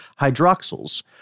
hydroxyls